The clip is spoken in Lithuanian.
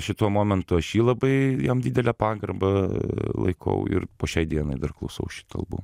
šituo momentu aš jį labai jam didelę pagarbą laikau ir po šiai dienai dar klausau šitų albumų